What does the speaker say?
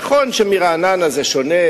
נכון שברעננה זה שונה,